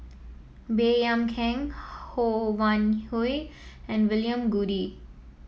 Baey Yam Keng Ho Wan Hui and William Goode